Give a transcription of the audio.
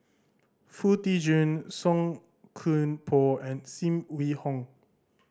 Foo Tee Jun Song Koon Poh and Sim Wong Hoo